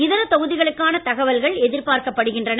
இதர தொகுதிகளுக்கான தகவல்கள் எதிர் பார்க்கப்படுகின்றன